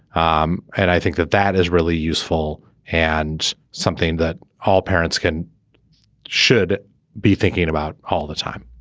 um and i think that that is really useful and something that all parents can should be thinking about all the time.